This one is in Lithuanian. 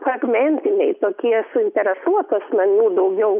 fragmentiniai tokie suinteresuotų asmenų daugiau